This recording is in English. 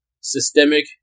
systemic